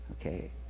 okay